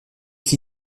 s’y